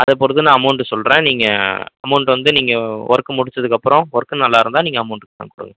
அதை பொறுத்து நான் அமௌண்ட்டு சொல்லுறேன் நீங்கள் அமௌண்ட் வந்து நீங்கள் ஒர்க்கு முடிச்சதுக்கப்புறம் ஒர்க்கு நல்லா இருந்தால் நீங்கள் அமௌண்ட் பணம் கொடுங்க